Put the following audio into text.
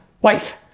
wife